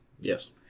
Yes